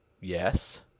Yes